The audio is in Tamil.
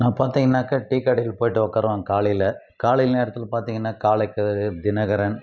நான் பார்த்திங்கன்னாக்கா டீ கடையில் போய்ட்டு உட்காருவேன் காலையில் காலை நேரத்தில் பார்த்திங்கன்னா காலை கதிர் தினகரன்